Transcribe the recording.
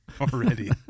already